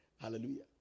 hallelujah